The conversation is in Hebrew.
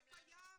זה קיים.